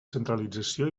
centralització